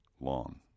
long